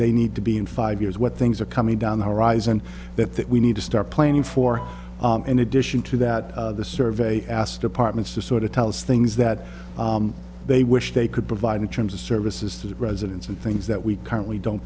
they need to be in five years what things are coming down the horizon that that we need to start planning for in addition to that the survey asked departments to sort of tell us things that they wish they could provide in terms of services to the residents and things that we currently don't